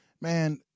man